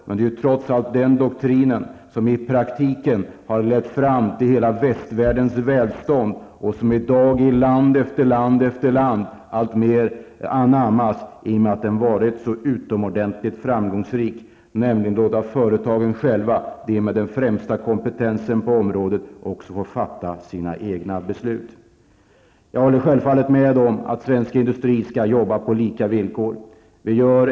Men det är trots allt den doktrinen som i praktiken har lett fram till hela västvärldens välstånd och som i dag i land efter land alltmer anammas. Den har varit utomordentligt framgångsrik. Företagen skall själva få fatta besluten. Det är de som har den bästa kompetensen att göra det. Jag håller självklart med om att svensk industri skall arbeta på lika villkor som utländsk.